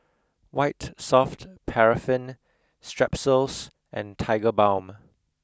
white soft paraffin Strepsils and Tigerbalm